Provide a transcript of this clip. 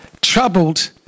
troubled